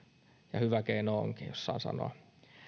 ja hyvä keino onkin jos saan sanoa